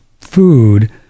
food